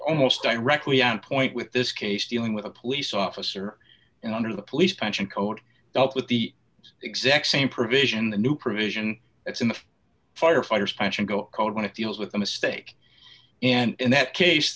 almost directly on point with this case dealing with a police officer and under the police pension code dealt with the exact same provision the new provision that's in the firefighters pension go code when it deals with a mistake and that case